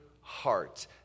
heart